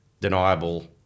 Deniable